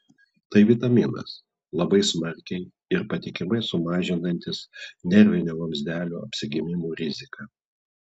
tai vitaminas labai smarkiai ir patikimai sumažinantis nervinio vamzdelio apsigimimų riziką